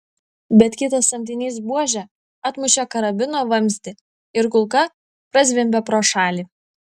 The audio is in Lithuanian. bet kitas samdinys buože atmušė karabino vamzdį ir kulka prazvimbė pro šalį